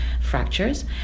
fractures